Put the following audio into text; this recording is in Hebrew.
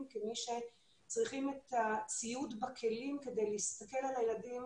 כמי שצריכים את הציוד בכלים כדי להסתכל על הילדים,